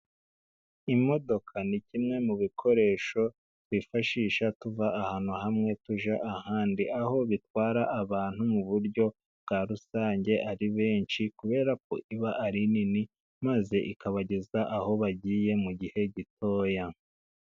Imodoka ni kimwe mu bikoresho, twifashisha tuva ahantu hamwe tujya ahandi, aho bitwara abantu muburyo, bwarusange ari benshi, kubera ko aba ari nini, maze ikabageza aho bagiye, mu gihe gito.